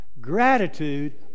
gratitude